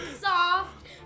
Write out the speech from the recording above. soft